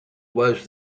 was